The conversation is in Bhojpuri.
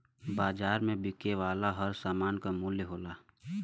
बाज़ार में बिके वाला हर सामान क मूल्य होला